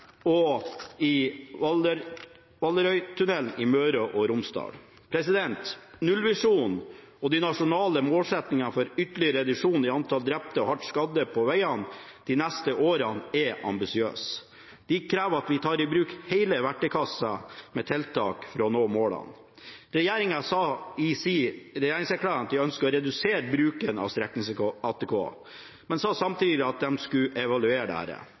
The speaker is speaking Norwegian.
i Ellingsøytunnelen og Valderøytunnelen i Møre og Romsdal. Nullvisjonen og de nasjonale målsettinger for ytterligere reduksjon i antall drepte og hardt skadde på vegene de neste åra er ambisiøse mål og krever at vi tar i bruk hele verktøykassen med tiltak for å nå målene. Regjeringen sa i regjeringserklæringen at de ønsker å redusere bruken av strekings-ATK, men sa samtidig at de skulle evaluere